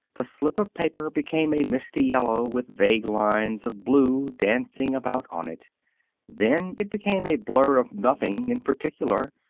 the slip of paper became a misty yellow with vague lines of blue dancing about on it then it became a blur of nothing in particular,